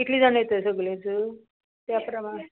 कितली जाण येत सगलींच त्या प्रमाण